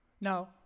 Now